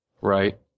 Right